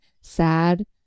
sad